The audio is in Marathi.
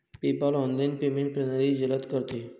पेपाल ऑनलाइन पेमेंट प्रणाली जलद करते